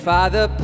Father